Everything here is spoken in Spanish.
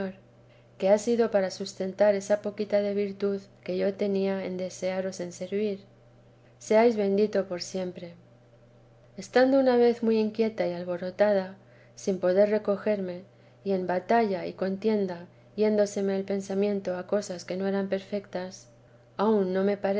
que ha sido para sustentar esa poquita de virtud que yo tenía en desearos servir seáis bendito por siempre estando una vez muy inquieta y alborotada sin poder recogerme y en batalla y contienda yéndoseme el pensamiento a cosas que no eran perfectas aun no me